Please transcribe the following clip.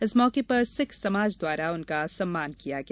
इस मौके पर सिख समाज द्वारा उनका सम्मान किया गया